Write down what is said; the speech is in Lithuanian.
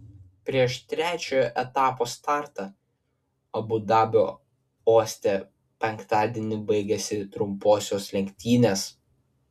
prieš trečiojo etapo startą abu dabio uoste penktadienį baigėsi trumposios lenktynės